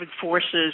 forces